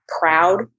proud